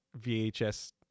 VHS